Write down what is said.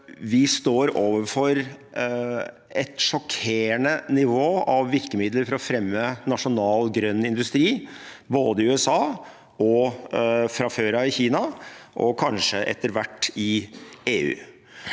Vi står overfor et sjokkerende nivå av virkemidler for å fremme nasjonal grønn industri, både i USA og fra før av i Kina, og kanskje etter hvert i EU.